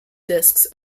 discs